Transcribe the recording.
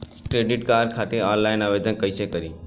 Credit card खातिर online आवेदन कइसे करि?